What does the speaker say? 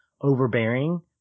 overbearing